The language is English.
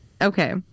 Okay